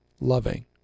loving